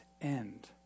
end